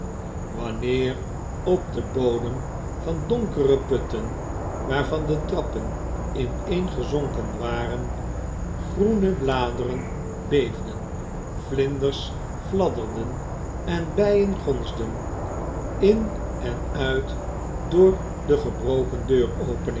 wanneer op den bodem van donkere putten waarvan de trappen ineengezonken waren groene bladeren beefden vlinders fladderden en byen gonsden in en uit door de gebroken